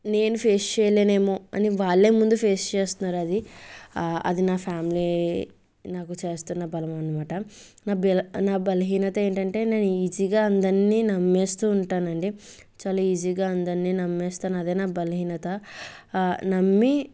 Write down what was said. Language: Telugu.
నేను ఫేస్ చేయలేనేమో అని వాళ్ళే ముందు ఫేస్ చేస్తున్నారు అది అది నా ఫ్యామిలీ నాకు చేస్తున్న బలం అనమాట నా బల్ బలహీనత ఏంటంటే నేను ఈజీగా అందరిని నమ్మేస్తూ ఉంటానండి చాలా ఈజీగా అందరిని నమ్మేస్తాను అదే నా బలహీనత నమ్మి